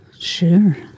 Sure